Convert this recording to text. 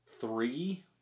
Three